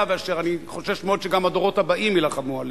ואשר אני חושש מאוד שגם הדורות הבאים יילחמו עליה,